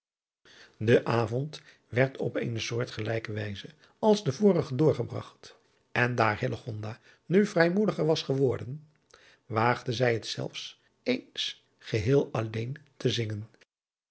de avond werd op eene soortgelijke wijze als de vorige doorgebragt en daar hillegonda nu vrijmoediger was geworden waagde zij het zelfs eens geheel alleen te zingen